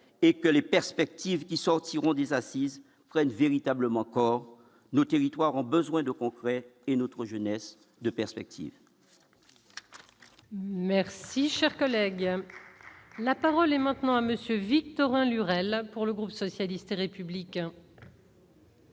et que les perspectives qui sortiront des assises prenne véritablement corps nos territoires en besoin de concret et notre jeunesse de perspectives. Merci, cher collègue, la parole est maintenant à Monsieur Victorin Lurel pour le groupe socialiste et républicain.